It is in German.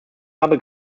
habe